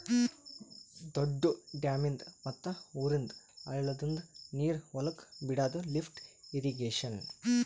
ದೊಡ್ದು ಡ್ಯಾಮಿಂದ್ ಮತ್ತ್ ಊರಂದ್ ಹಳ್ಳದಂದು ನೀರ್ ಹೊಲಕ್ ಬಿಡಾದು ಲಿಫ್ಟ್ ಇರ್ರೀಗೇಷನ್